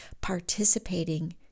participating